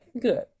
good